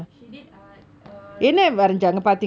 she did art ah uh